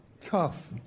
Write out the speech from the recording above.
tough